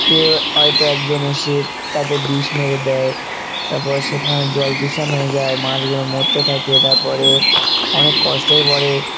কেউ হয়তো একজন এসে তাতে বিষ মেরে দেয় তারপরে সেখানে জল দূষণ হয়ে যায় মাছগুলো মরতে থাকে তারপরে অনেক কষ্টের পরে